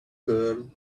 girl